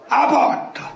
abort